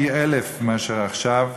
פי אלף מאשר עכשיו,